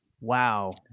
Wow